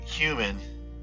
human